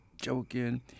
joking